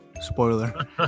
Spoiler